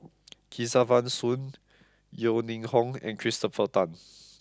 Kesavan Soon Yeo Ning Hong and Christopher Tan